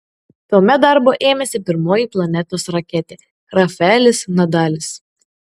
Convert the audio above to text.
tuomet darbo ėmėsi pirmoji planetos raketė rafaelis nadalis